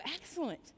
excellent